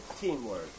teamwork